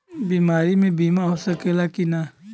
बीमारी मे बीमा हो सकेला कि ना?